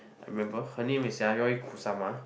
I remember her name is Yayoi Kusama